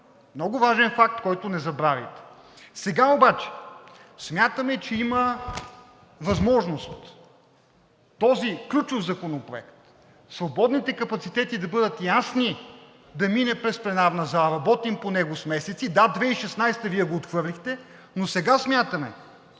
много важен факт, който не забравяйте. Сега обаче смятаме, че има възможност този ключов законопроект, свободните капацитети да бъдат ясни, да мине през пленарната зала, работим по него с месеци – да, 2016 г. Вие го отхвърлихте, но сега смятаме,